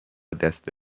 دست